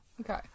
Okay